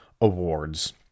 awards